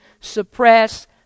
suppress